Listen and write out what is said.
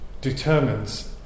determines